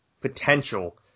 potential